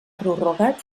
prorrogat